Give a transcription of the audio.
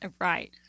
Right